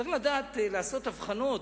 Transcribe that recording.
צריך לדעת לעשות הבחנות,